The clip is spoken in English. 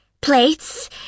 plates